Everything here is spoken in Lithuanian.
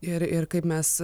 ir ir kaip mes